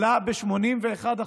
עלה ב-81%.